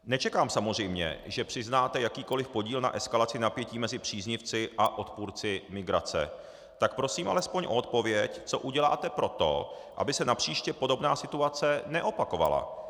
Nečekám samozřejmě, že přiznáte jakýkoli podíl na eskalaci napětí mezi příznivci a odpůrci migrace, tak prosím alespoň o odpověď, co uděláte pro to, aby se napříště podobná situace neopakovala.